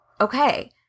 okay